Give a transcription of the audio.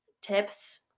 tips